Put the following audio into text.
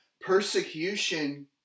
persecution